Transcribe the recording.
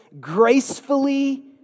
gracefully